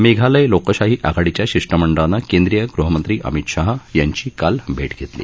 मेघालय लोकशाही आघाडीच्या शिष्टमंडळानं केंद्रीय गृहमंत्री अमित शहा यांची काल भेट घेतली